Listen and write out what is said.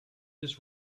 this